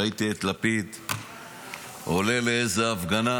ראיתי את לפיד עולה לאיזה הפגנה